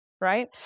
right